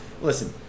Listen